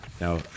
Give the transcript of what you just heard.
Now